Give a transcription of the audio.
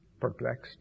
Perplexed